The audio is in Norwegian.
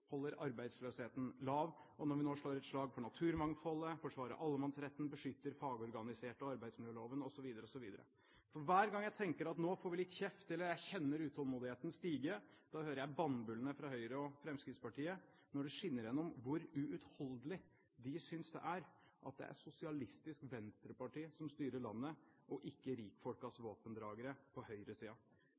holder arbeidsløsheten lav, og når vi nå slår et slag for naturmangfoldet, forsvarer allemannsretten, beskytter fagorganiserte og arbeidsmiljøloven osv. For hver gang jeg tenker at nå får vi litt kjeft, eller jeg kjenner utålmodigheten stige, da hører jeg bannbullene fra Høyre og Fremskrittspartiet når det skinner igjennom hvor uutholdelig de synes det er at det er Sosialistisk Venstreparti som styrer landet, og ikke rikfolkenes våpendragere.